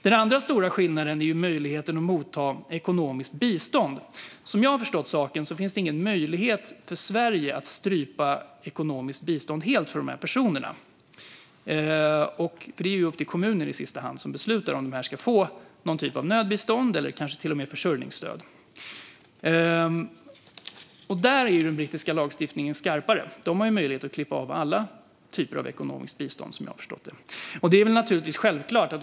Den andra stora skillnaden är möjligheten att ta emot ekonomiskt bistånd. Som jag har förstått saken finns det ingen möjlighet för Sverige att strypa ekonomiskt bistånd helt för dessa personer. Det är i sista hand upp till kommunerna som beslutar om dessa personer ska få någon typ av nödbistånd eller kanske till och med försörjningsstöd. Där är den brittiska lagstiftningen skarpare. Som jag har förstått det har man där möjlighet att klippa av alla typer av ekonomiskt bistånd.